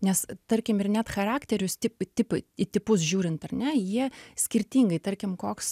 nes tarkim ir net charakterius tip tip į tipus žiūrint ar ne jie skirtingai tarkim koks